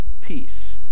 peace